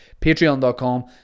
Patreon.com